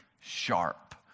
sharp